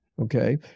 Okay